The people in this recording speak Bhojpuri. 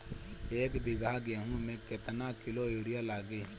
एक बीगहा गेहूं में केतना किलो युरिया लागी?